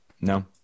No